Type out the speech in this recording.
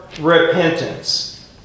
repentance